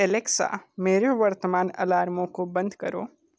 Alexa वर्तमान अलार्मों को बंद करो